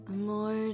More